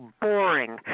boring